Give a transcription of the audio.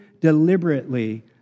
deliberately